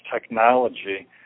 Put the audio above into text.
technology